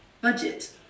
budget